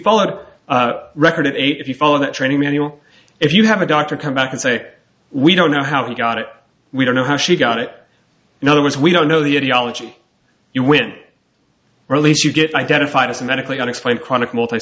followed a record of eight if you follow that training manual if you have a doctor come back and say we don't know how we got it we don't know how she got it in other words we don't know the ideology you wit release you get identified as a medically unexplained chronic multi